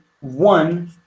one